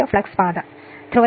ഇതാണ് ഫ്ലക്സ് പാത കാണിക്കുന്നത്